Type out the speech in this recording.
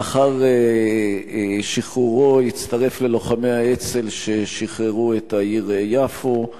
לאחר שחרורו הצטרף ללוחמי האצ"ל ששחררו את העיר יפו.